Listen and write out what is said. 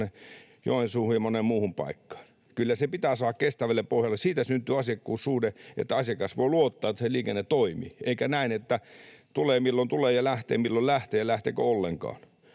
Joensuuhun ja moneen muuhun paikkaan. Kyllä se pitää saada kestävälle pohjalle. Siitä syntyy asiakkuussuhde, että asiakas voi luottaa, että se liikenne toimii, eikä näin, että tulee milloin tulee ja lähtee milloin lähtee ja lähteekö ollenkaan.